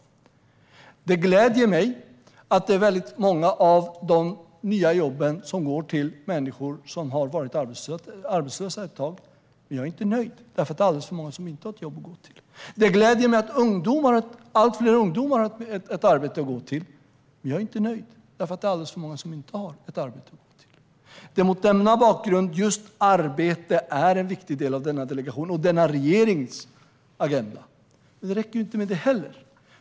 Det gläder mig att det är väldigt många av de nya jobben som går till människor som har varit arbetslösa, men jag är inte nöjd. Det är alldeles för många som inte har ett jobb att gå till. Det gläder mig att allt fler ungdomar har ett arbete att gå till, men jag är inte nöjd. Det är alldeles för många som inte har något arbete att gå till. Det är mot den bakgrunden som just arbete är en viktig del av denna delegations och av denna regerings agenda. Men det räcker ju inte heller med det.